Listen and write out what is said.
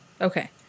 Okay